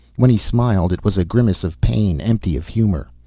when he smiled it was a grimace of pain, empty of humor.